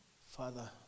Father